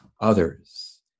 others